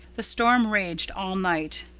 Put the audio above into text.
the storm raged all night,